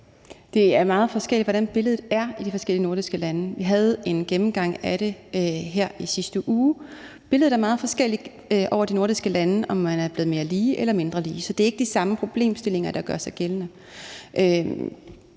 Det er meget forskelligt, hvordan billedet er i de forskellige nordiske lande. Vi havde en gennemgang af det her i sidste uge. Billedet er meget forskelligt over de nordiske lande, i forhold til om man er blevet mere lige eller mindre lige. Så det er ikke de samme problemstillinger, der gør sig gældende.